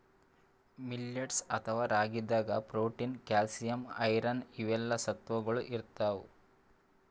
millets ಅಥವಾ ರಾಗಿದಾಗ್ protein, calcium, iron ಇವೆಲ್ಲಾ ಸತ್ವಗೊಳ್ ಇರ್ತವ್